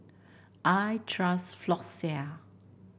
I trust Floxia